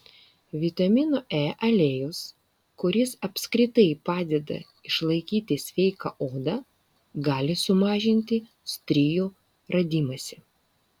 vitamino e aliejus kuris apskritai padeda išlaikyti sveiką odą gali sumažinti strijų radimąsi